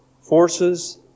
forces